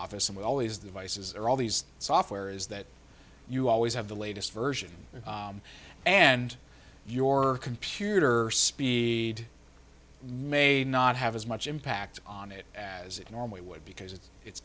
office and we always devices are all these software is that you always have the latest version and your computer speed may not have as much impact on it as it normally would because if it's